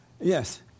Yes